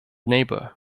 neighbour